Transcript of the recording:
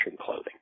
clothing